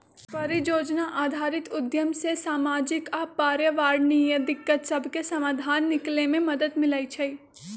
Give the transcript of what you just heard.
परिजोजना आधारित उद्यम से सामाजिक आऽ पर्यावरणीय दिक्कत सभके समाधान निकले में मदद मिलइ छइ